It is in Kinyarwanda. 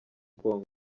congo